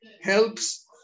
helps